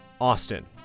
Austin